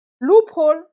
loophole